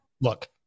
look